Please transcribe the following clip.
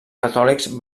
catòlics